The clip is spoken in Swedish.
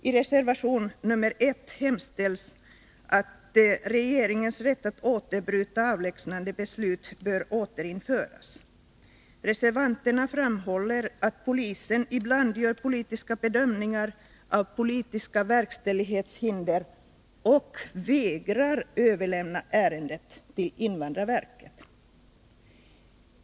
I reservation nr 1 hemställs att regeringens rätt att återbryta avlägsnandebeslut bör återinföras. Reservanterna framhåller att polisen ibland gör politiska bedömningar av politiska verkställighetshinder och vägrar överlämna ärendet till invandrarverket.